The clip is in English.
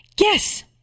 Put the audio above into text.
Yes